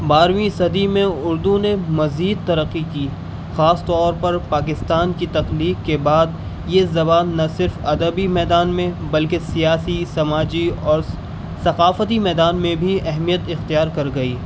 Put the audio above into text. بارھویں صدی میں اردو نے مزید ترقی کی خاص طور پر پاکستان کی تخلیق کے بعد یہ زبان نہ صرف ادبی میدان میں بلکہ سیاسی سماجی اور ثقافتی میدان میں بھی اہمیت اختیار کر گئی